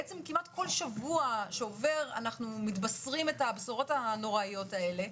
כמעט כל שבוע שעובר אנחנו מתבשרים את הבשורות הנוראיות האלה.